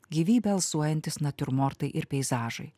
gyvybe alsuojantys natiurmortai ir peizažai